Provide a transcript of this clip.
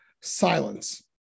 silence